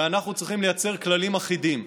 ואנחנו צריכים לייצר כללים אחידים.